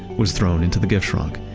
was thrown into the giftschrank.